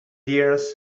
dears